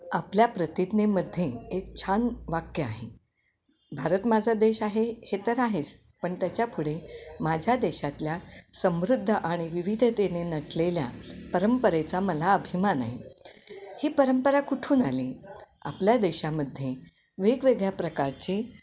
आपल्या प्रतिज्ञेमध्ये एक छान वाक्य आहे भारत माझं देश आहे हे तर आहेच पण त्याच्यापुढे माझ्या देशातल्या समृद्ध आणि विविधतेने नटलेल्या परंपरेचा मला अभिमान आहे ही परंपरा कुठून आली आपल्या देशामध्ये वेगवेगळ्या प्रकारचे